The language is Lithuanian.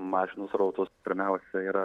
mašinų srautus pirmiausia yra